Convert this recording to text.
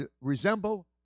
resemble